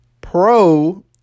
pro